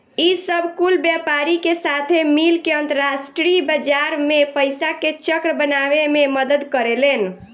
ई सब कुल व्यापारी के साथे मिल के अंतरास्ट्रीय बाजार मे पइसा के चक्र बनावे मे मदद करेलेन